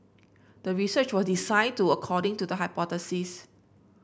the research was designed to according to the hypothesis